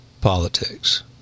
politics